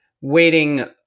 waiting